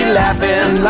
laughing